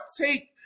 take